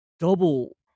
Double